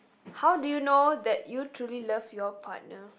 how do you know that you truly love your partner